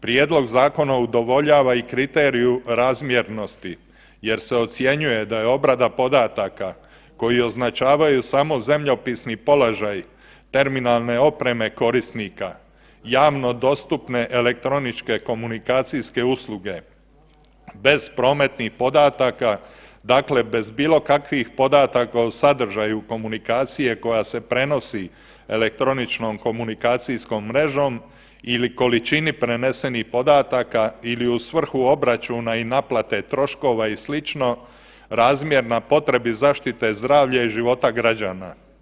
Prijedlog zakona udovoljava i kriteriju razmjernosti jer se ocjenjuje da je obrada podataka koju označavaju samo zemljopisni položaji terminalne opreme korisnika javno dostupne elektroničke komunikacijske usluge bez prometnih podataka dakle bez bilo kakvih podataka o sadržaju komunikacije koja se prenosi elektroničnom komunikacijskom mrežom ili količini prenesenih podataka ili u svrhu obračuna i naplate troškova i sl. razmjerna potrebi zaštite zdravlja i života građana.